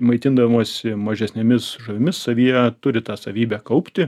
maitindamosi mažesnėmis žuvimis savyje turi tą savybę kaupti